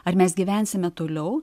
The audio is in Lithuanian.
ar mes gyvensime toliau